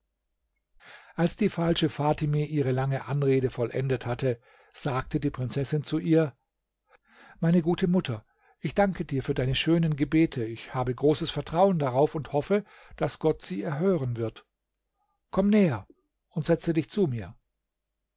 als die falsche fatime ihre lange anrede vollendet hatte sagte die prinzessin zu ihr meine gute mutter ich danke dir für deine schönen gebete ich habe großes vertrauen darauf und hoffe daß gott sie erhören wird komm näher und setze dich zu mir